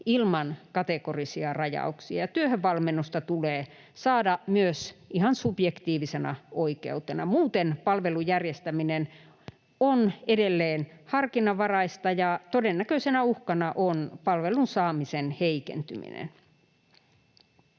ilman kategorisia rajauksia, ja työhönvalmennusta tulee saada myös ihan subjektiivisena oikeutena. Muuten palvelun järjestäminen on edelleen harkinnanvaraista ja todennäköisenä uhkana on palvelun saamisen heikentyminen.